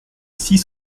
six